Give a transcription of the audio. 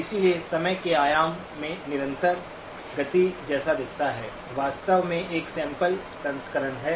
इसलिए समय के आयाम में निरंतर गति जैसा दिखता है वास्तव में एक सैंपल संस्करण है